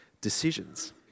decisions